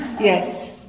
Yes